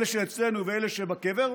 אלה שאצלנו ואלה שבקבר,